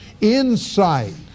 insight